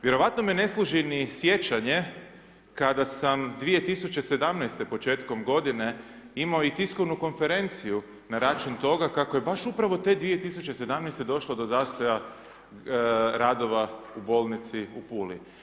Vjerojatno me ne služi ni sjećanje kada sam 2017., početkom godine imao i tiskovnu konferenciju na račun toga, kako je baš upravo te 2017., došlo do zastoja radova u bolnicu u Puli.